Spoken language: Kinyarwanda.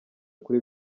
kuri